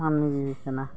ᱢᱟᱹᱱᱢᱤ ᱡᱤᱣᱤ ᱠᱟᱱᱟ